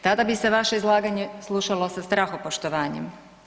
Tada bi se vaše izlaganje slušalo sa strahopoštovanjem.